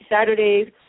Saturdays